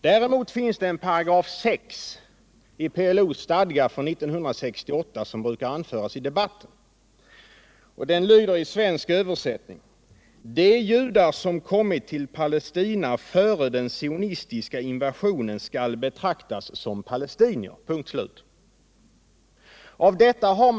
Däremot finns en 6 § i PLO:s stadgar från 1968 som brukar anföras i debatten, och den lyder i svensk översättning: De judar som kommit till Palestina före den sionistiska invasionen skall betraktas som palestinier. Punkt och slut.